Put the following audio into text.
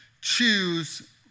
choose